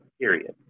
period